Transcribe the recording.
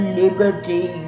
liberty